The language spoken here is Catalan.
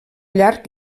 llarg